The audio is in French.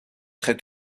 très